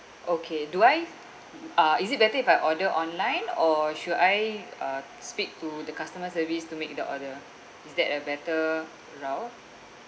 okay do I uh is it better if I order online or should I uh speak to the customer service to make the order is that a better route